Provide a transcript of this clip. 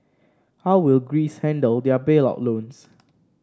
how will Greece handle their bailout loans